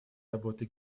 работы